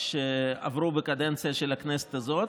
שעברו בקדנציה של הכנסת הזאת,